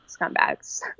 scumbags